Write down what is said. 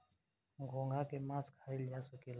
घोंघा के मास खाइल जा सकेला